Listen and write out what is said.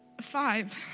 five